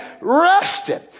rested